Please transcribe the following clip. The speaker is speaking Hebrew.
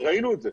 וראינו את זה.